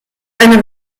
eine